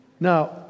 Now